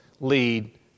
lead